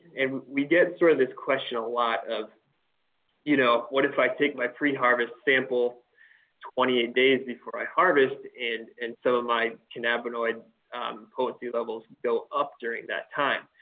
and we get sort of this question a lot of you know what if i take my pre-harvest sample twenty eight days before i harvest and some and so of my cannabinoid potency levels go up during that time?